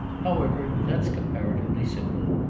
however, that's comparatively simple.